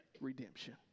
redemption